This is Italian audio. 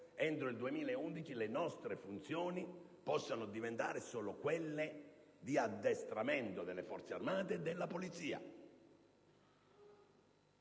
entro il 2011 le nostre funzioni possano diventare solo quelle di addestramento delle Forze armate e della Polizia.